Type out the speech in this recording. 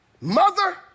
Mother